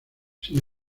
sin